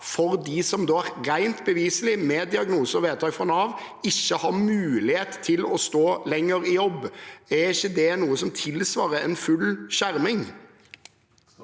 for dem som rent beviselig med diagnose og vedtak fra Nav ikke har mulighet til å stå lenger i jobb? Er ikke det noe som tilsvarer en full skjerming?